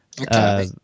Okay